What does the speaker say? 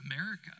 America